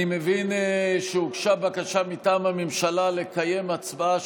אני מבין שהוגשה בקשה מטעם הממשלה לקיים הצבעה